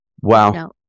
Wow